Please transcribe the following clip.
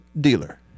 dealer